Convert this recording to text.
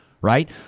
right